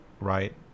right